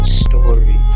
story